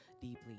deeply